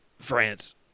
France